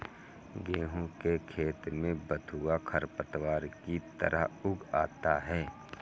गेहूँ के खेत में बथुआ खरपतवार की तरह उग आता है